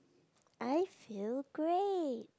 I feel great